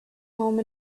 home